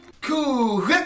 Cool